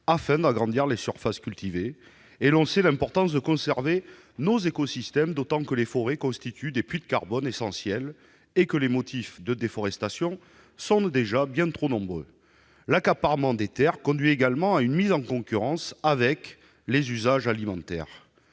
de l'agrandissement des surfaces cultivées. On sait pourtant l'importance de conserver nos écosystèmes, d'autant que les forêts constituent des puits de carbones essentiels et que les motifs de déforestation sont déjà bien trop nombreux. L'accaparement des terres conduit également à une mise en concurrence avec les usages alimentaires.